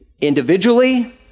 individually